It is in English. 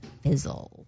fizzles